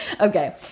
Okay